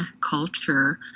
culture